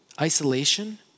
isolation